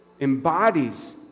embodies